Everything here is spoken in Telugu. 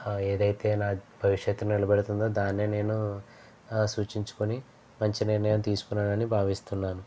ఏదైతే నా భవిష్యత్తు నిలబెడుతుందో దాన్నే నేను సూచించుకొని మంచి నిర్ణయం తీసుకున్నానని భావిస్తున్నా